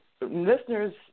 listeners